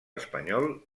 espanyol